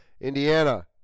Indiana